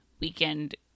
Weekend